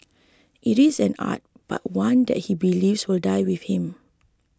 it is an art but one that he believes will die with him